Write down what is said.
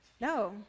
No